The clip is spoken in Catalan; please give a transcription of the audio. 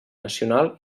nacional